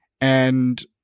and-